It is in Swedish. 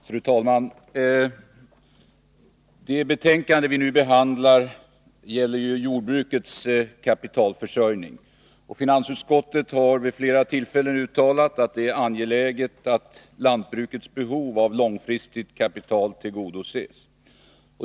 Fru talman! Det betänkande vi nu behandlar gäller jordbrukets kapitalförsörjning. Finansutskottet har vid flera tillfällen uttalat att det är angeläget att lantbrukets behov av långfristigt kapital tillgodoses.